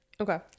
Okay